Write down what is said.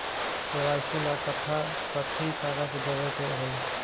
KYC ला कट्ठा कथी कागज देवे के होई?